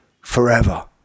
forever